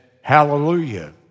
hallelujah